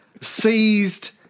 seized